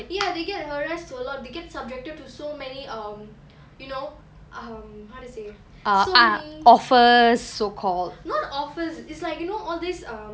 ya they get harassed a lot they get subjected to so many um you know um how to say so many not offers is like you know all these um